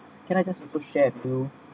can I just share also share with you